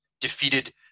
defeated